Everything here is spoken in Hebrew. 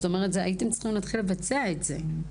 הייתם צריכים להתחיל לבצע את זה.